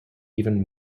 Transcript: even